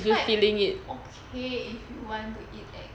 it's quite okay if you want to eat like